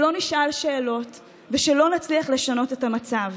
שלא נשאל שאלות ושלא נצליח לשנות את המצב,